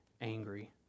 angry